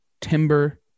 timber